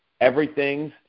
everything's